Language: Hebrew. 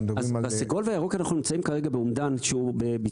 בסגול ובירוק אנחנו נמצאים כרגע באומדן בביצוע,